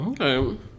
Okay